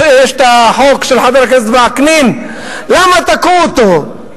יש החוק של חבר הכנסת וקנין, למה תקעו אותו?